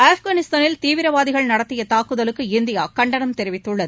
ஆப்கானிஸ்தானில் தீவிரவாதிகள் நடத்திய தாக்குதலுக்கு இந்தியா கண்டனம் தெரிவித்துள்ளது